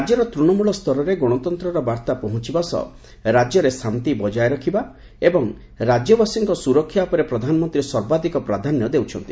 ରାଜ୍ୟର ତୂଣମୂଳ ସ୍ତରରେ ଗଣତାନ୍ତ୍ରର ବାର୍ତ୍ତା ପହଞ୍ଚିବା ସହ ରାଜ୍ୟରେ ଶାନ୍ତି ବଟ୍ଟାୟ ରହିବା ଏବଂ ରାଜ୍ୟବାସୀଙ୍କ ସୁରକ୍ଷା ଉପରେ ପ୍ରଧାନମନ୍ତ୍ରୀ ସର୍ବାଧିକ ପ୍ରାଧାନ୍ୟ ଦେଉଛନ୍ତି